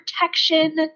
protection